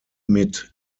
mit